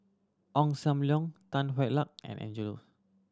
Ong Sam Leong Tan Hwa Luck and Angelo